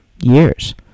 years